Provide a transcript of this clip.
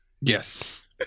Yes